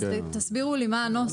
אז תסבירו לי מה הנוסח,